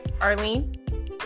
Arlene